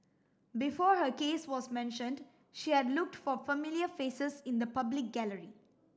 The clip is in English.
before her case was mentioned she had looked for familiar faces in the public gallery